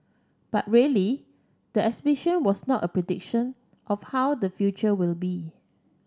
but really the exhibition was not a prediction of how the future will be